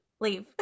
leave